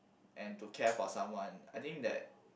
and to care for someone I think that